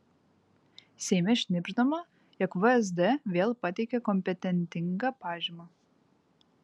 seime šnibždama jog vsd vėl pateikė kompetentingą pažymą